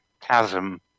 chasm